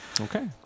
Okay